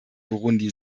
burundi